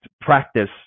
practice